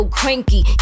cranky